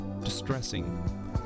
distressing